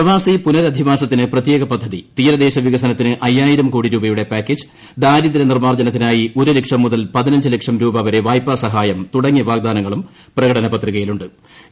പ്രവാസി പുനരധിവാസത്തിന് പ്രത്യേക പദ്ധതി തീരദേശ വികസനത്തിന് അയ്യായിരം കോടി രൂപയുടെ പാക്കേജ് ദാരിദ്ര്യ നിർമ്മാർജ്ജനത്തിനായി ഒരു ലക്ഷം മുതൽ പതിനഞ്ച് ലക്ഷം രൂപവരെ വായ്പ്പാ സഹായം തുടങ്ങിയ വാഗ്ദാനങ്ങളും പ്രകടന പത്രികയിലൂൺട്